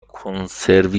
کنسروی